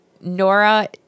Nora